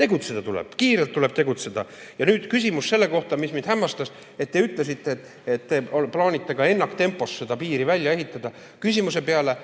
Tegutseda tuleb! Kiirelt tuleb tegutseda! Ja nüüd küsimus selle kohta, mis mind hämmastas: te ütlesite, et te plaanite ennaktempos piiri välja ehitada. Küsimusele,